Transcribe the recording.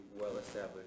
well-established